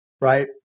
right